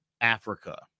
Africa